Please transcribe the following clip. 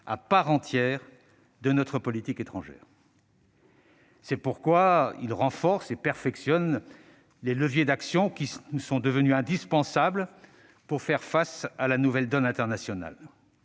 à part entière de notre politique étrangère. C'est pourquoi il renforce et perfectionne les leviers d'action qui nous sont devenus indispensables pour faire face à la nouvelle donne internationale.